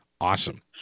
Awesome